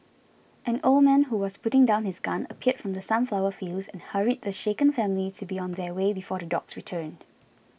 an old man who was putting down his gun appeared from the sunflower fields and hurried the shaken family to be on their way before the dogs return